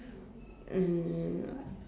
um